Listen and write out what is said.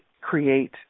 create